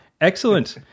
Excellent